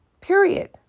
period